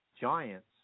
giants